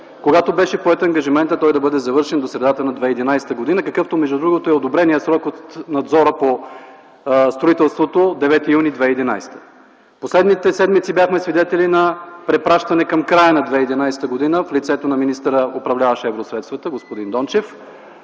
когато бе поет ангажимент той да бъде завършен в средата на 2011 г., какъвто между другото е и одобреният срок от надзора по строителството – 9 юни 2011 г. През последните седмици бяхме свидетели на препращане към края на 2011 г. в лицето на министъра, управляващ евросредствата – господин Дончев.